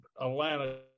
Atlanta